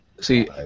See